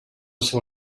seu